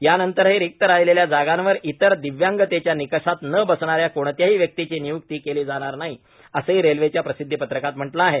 यानंतरही रिक्त राहिलेल्या जागांवर इतर दिव्यांगतेच्या निकषात न बसणाऱ्या कोणत्याही व्यक्तींची निय्क्ती केली जाणार नाही असंही रेल्वेच्या प्रसिद्वीपत्रकात म्हटलं आहे